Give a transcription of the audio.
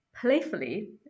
playfully